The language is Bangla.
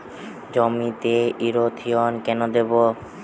জমিতে ইরথিয়ন কেন দেবো?